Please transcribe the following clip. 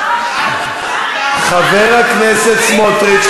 חבר הכנסת סמוטריץ.